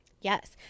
yes